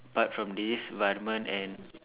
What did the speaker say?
apart from this Varman and